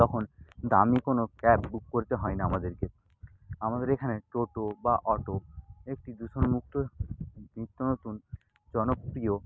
তখন দামী কোনও ক্যাব বুক করতে হয় না আমাদেরকে আমাদের এখানে টোটো বা অটো একটি দূষণমুক্ত নিত্য নতুন জনপ্রিয়